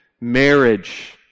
marriage